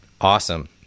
awesome